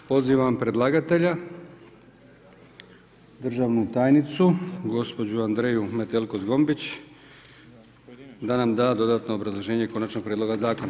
Pozivam predlagatelja, državnu tajnicu gospođu Andreju Metelko Zgombić, da nam da dodatno obrazloženje konačnog prijedloga zakona.